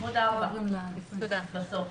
זה גם